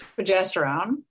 progesterone